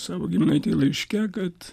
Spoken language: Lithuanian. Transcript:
savo giminaitei laiške kad